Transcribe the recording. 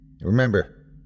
Remember